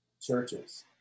churches